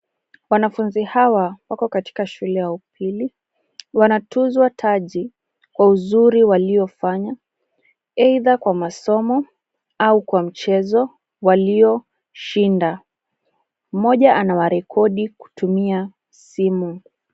Wanafunzi hawa wako katika shule ya upili. Wanatuzwa taji kwa uziri wa waliofanya aidha kwa masomo au kwa michezo walioshinda. Mmoja nawarekodi kutumia simu.